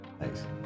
Thanks